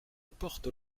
porte